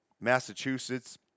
Massachusetts